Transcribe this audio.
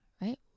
right